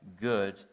good